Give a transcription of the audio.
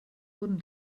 wurden